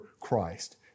Christ